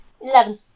Eleven